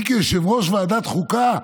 אני, כיושב-ראש ועדת חוקה,